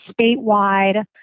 statewide